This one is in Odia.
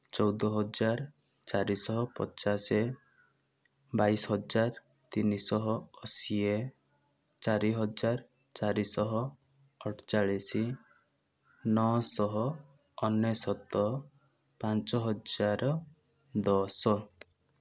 ଚଉଦ ହଜାର ଚାରିଶହ ପଚାଶ ବାଇଶି ହଜାର ତିନିଶହ ଅଶି ଚାରି ହଜାର ଚାରି ଶହ ଅଠଚାଳିଶି ନଅ ସହ ଅନେଶ୍ୱତ ପାଞ୍ଚ ହଜାର ଦଶ